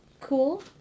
cool